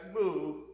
move